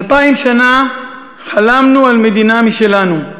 אלפיים שנה חלמנו על מדינה משלנו.